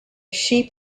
sheep